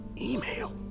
Email